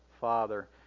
Father